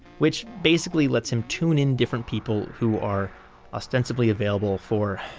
which basically lets him tune in different people who are ostensibly available for